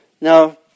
now